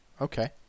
Okay